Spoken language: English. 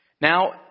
Now